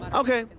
but okay.